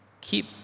Keep